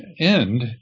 end